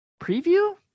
preview